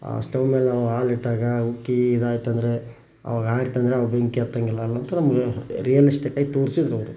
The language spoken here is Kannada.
ಸ್ಟೌವ್ ಮೇಲೆ ನಾವು ಹಾಲಿಟ್ಟಾಗ ಉಕ್ಕಿ ಇದಾಯ್ತೆಂದ್ರೆ ಆವಾಗ ಹಾರಿತ್ತಂದ್ರೆ ಆವಾಗ ಬೆಂಕಿ ಹತ್ತೋಂಗಿಲ್ಲ ಅನ್ನೋದು ನಮಗೆ ರಿಯಲಿಸ್ಟಿಕ್ಕಾಗಿ ತೋರಿಸಿದ್ರವ್ರು